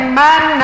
man